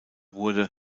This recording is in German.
wurde